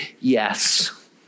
Yes